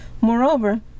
Moreover